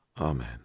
amen